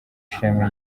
shami